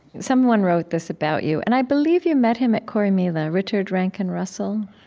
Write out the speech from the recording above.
someone wrote this about you. and i believe you met him at corrymeela. richard rankin russell?